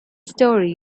story